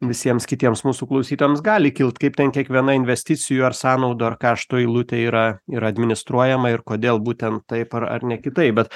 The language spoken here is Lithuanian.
visiems kitiems mūsų klausytojams gali kilt kaip ten kiekviena investicijų ar sąnaudų ar kaštų eilutė yra ir administruojama ir kodėl būtent taip ar ar ne kitaip bet